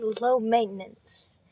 low-maintenance